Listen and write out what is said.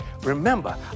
remember